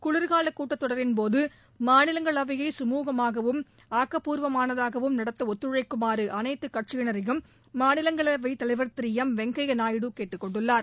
குளிர்க்கால கூட்டத்தொடரின்போது மாநிலங்களவையை சுமூகமாகவும் ஆக்கப்பூர்வமானதாகவும் நடத்த ஒத்துழைக்குமாறு அனைத்துக் கட்சியினரையும் மாநிலங்களவைத் தலைவர் திரு எம் வெங்கையா நாயுடு கேட்டுக்கொண்டுள்ளார்